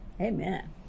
Amen